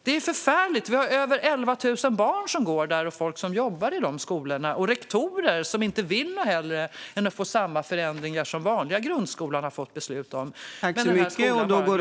Det är förfärligt - vi har över 11 000 barn som går där, folk som jobbar där och rektorer som inget hellre vill än att få samma förändringar som det har beslutats om för vanliga grundskolan. Men den här skolan har bara lyfts bort.